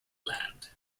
land